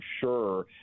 sure